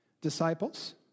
disciples